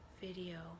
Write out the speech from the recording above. video